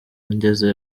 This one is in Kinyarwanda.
ngeze